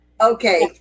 Okay